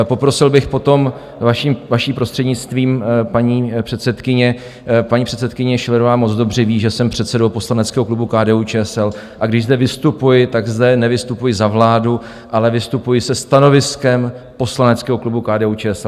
Poprosil bych potom vaším prostřednictvím, paní předsedkyně paní předsedkyně Schillerová moc dobře ví, že jsem předsedou poslaneckého klubu KDUČSL, a když zde vystupuji, tak zde nevystupuji za vládu, ale vystupuji se stanoviskem poslaneckého klubu KDUČSL.